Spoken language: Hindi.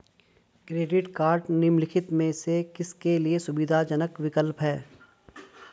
क्रेडिट कार्डस निम्नलिखित में से किसके लिए सुविधाजनक विकल्प हैं?